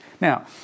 Now